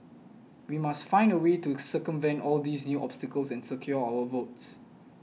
we must find a way to circumvent all these new obstacles and secure our votes